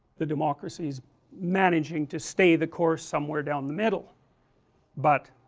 the democracies managing to stay the course somewhere down the middle but